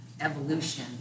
evolution